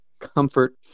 comfort